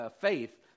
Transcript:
faith